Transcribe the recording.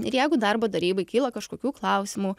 ir jeigu darbo tarybai kyla kažkokių klausimų